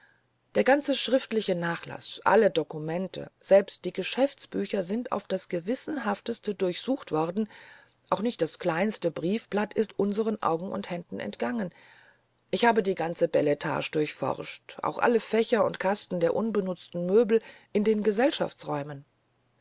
der ganze schriftliche nachlaß alle dokumente selbst die geschäftsbücher sind auf das gewissenhafteste durchsucht worden auch nicht das kleinste briefblatt ist unseren augen und händen entgangen ich habe die ganze bel etage durchforscht auch alle fächer und kasten der unbenutzten möbel in den